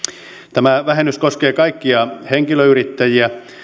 tämä vähennys koskee kaikkia henkilöyrittäjiä